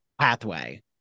pathway